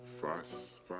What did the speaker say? fuss